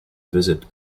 visit